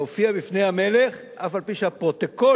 להופיע לפני המלך אף-על-פי שהפרוטוקול